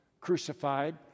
crucified